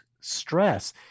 stress